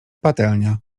patelnia